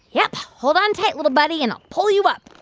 yep. hold on tight, little buddy, and i'll pull you up